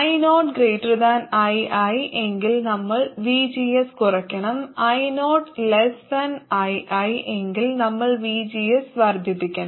io ii എങ്കിൽ നമ്മൾ vgs കുറയ്ക്കണം io ii എങ്കിൽ നമ്മൾ vgs വർദ്ധിപ്പിക്കണം